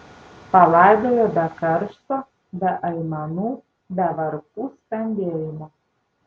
palaidojo be karsto be aimanų be varpų skambėjimo